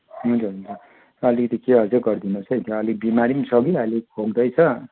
हुन्छ हुन्छ अलिकति केयर चाहिँ गरिदिनुहोस् है त्यो अलिक बिमारी पनि छ कि अलिक खोक्दैछ